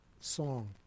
song